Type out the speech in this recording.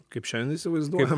kaip šiandien įsivaizduojam